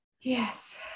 Yes